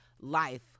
life